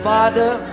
Father